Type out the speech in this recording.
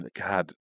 God